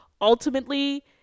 Ultimately